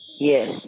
Yes